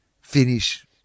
finish